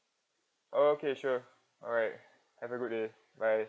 okay sure alright have a good day bye